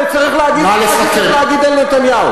וצריך להגיד את מה שצריך להגיד על נתניהו.